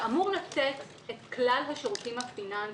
שאמור לתת את כלל השירותים הפיננסיים.